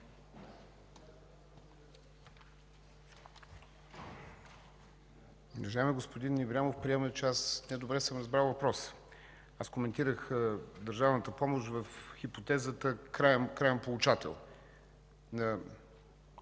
Уважаеми господин Ибрямов, приемаме, че аз недобре съм разбрал въпроса. Коментирах държавната помощ в хипотезата краен получател,